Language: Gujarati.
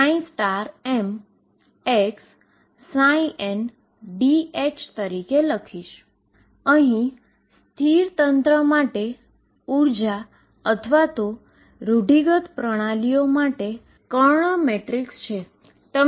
અહીંસ્ટેશનરી સીસ્ટમ માટે એનર્જી અથવા કન્ઝર્વેટીવ સીસ્ટમ માટે ડાયાગોનલ મેટ્રિક્સ છે